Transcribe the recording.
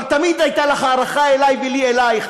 אבל תמיד הייתה לך הערכה אלי ולי אלייך,